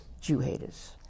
Jew-haters